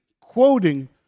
quoting